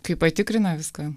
kai patikrina viską